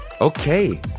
okay